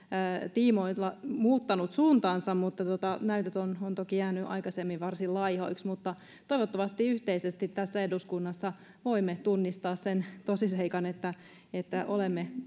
tiimoilta muuttanut suuntaansa mutta näytöt ovat toki jääneet aikaisemmin varsin laihoiksi toivottavasti yhteisesti tässä eduskunnassa voimme tunnistaa sen tosiseikan että että olemme